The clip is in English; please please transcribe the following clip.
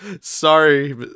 sorry